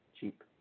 cheap